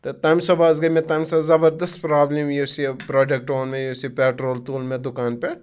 تہٕ تَمہِ سبہٕ حظ گٔیے مےٚ تَمہِ سۭتۍ زَبردست پرٛابلِم یُس یہِ پرٛوڈَکٹ اوٚن یہِ پٮ۪ٹرول تُل مےٚ دُکان پٮ۪ٹھ